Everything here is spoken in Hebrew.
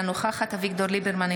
אינה נוכחת אביגדור ליברמן,